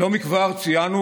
לא מכבר ציינו,